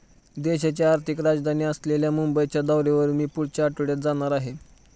देशाची आर्थिक राजधानी असलेल्या मुंबईच्या दौऱ्यावर मी पुढच्या आठवड्यात जाणार आहे